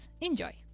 enjoy